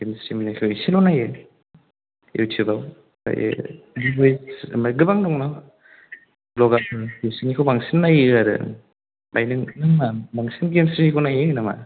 गेमस्रि मोननिखौ एसेल' नायो इउटुबाव ओमफ्रायो गोबां दंना भ्लगार बिसिनिखौ बांसिन नायो आरो ओमफ्राय नों मा बांसिन गेमस्रिनिखौ नायो नामा